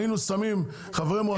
היינו שמים חברי מועצה,